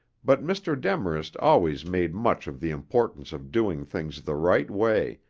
but mr. demarest always made much of the importance of doing things the right way,